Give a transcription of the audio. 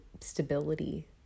Stability